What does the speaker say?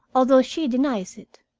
although she denies it.